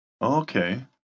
Okay